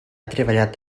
treballat